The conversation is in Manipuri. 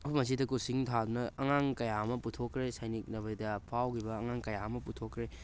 ꯃꯐꯝ ꯑꯁꯤꯗ ꯀꯣꯆꯤꯡ ꯊꯥꯗꯨꯅ ꯑꯉꯥꯡ ꯀꯌꯥ ꯑꯃ ꯄꯨꯊꯣꯛꯈ꯭ꯔꯦ ꯁꯥꯏꯅꯤꯛ ꯅꯚꯣꯗꯌꯥ ꯐꯥꯎꯈꯤꯕ ꯑꯉꯥꯡ ꯀꯌꯥ ꯑꯃ ꯄꯨꯊꯣꯛꯈ꯭ꯔꯦ